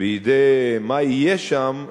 מה יהיה שם,